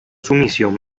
sumisión